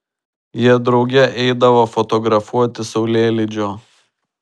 jie drauge eidavo fotografuoti saulėlydžio